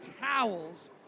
towels